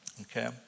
okay